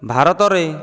ଭାରତରେ